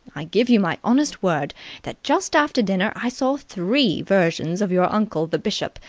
i give you my honest word that just after dinner i saw three versions of your uncle, the bishop,